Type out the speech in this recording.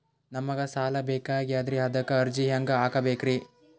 ನಮಗ ಸಾಲ ಬೇಕಾಗ್ಯದ್ರಿ ಅದಕ್ಕ ಅರ್ಜಿ ಹೆಂಗ ಹಾಕಬೇಕ್ರಿ?